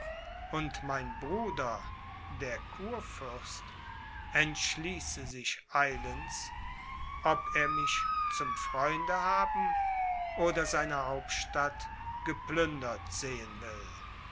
und mein bruder der kurfürst entschließe sich eilends ob er mich zum freunde haben oder seine hauptstadt geplündert sehen will